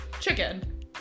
chicken